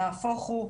נהפוך הוא,